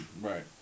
Right